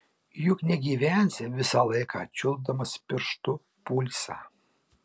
juk negyvensi visą laiką čiuopdamas pirštu pulsą